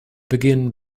begin